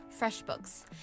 FreshBooks